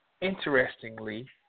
interestingly